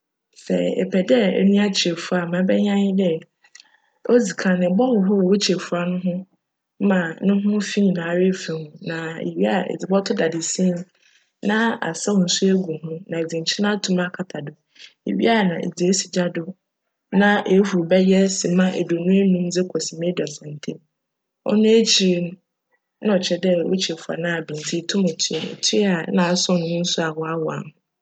Sj epj dj enoa kyirefuwa a, ma ibjyj ara nye dj, odzi kan ibchohor wo kyirefuwa no ho ma no ho fi nyinara efi ho na ewia edze bcto daadzesan mu na asaw nsu egu ho na ese nkyen ato mu akata do ewia a nna edze esi gya do na ehuw bjyj sema eduonu enum dze rokc eduasa ntamu. Cno ekyir no, nna ckyerj dj wo kyirefuwa no aben ntsi itum tue. Itue a, nna ascn noho nsu awaawaa ho.